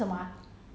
then